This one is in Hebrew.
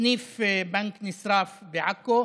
סניף בנק נשרף בעכו,